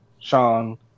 Sean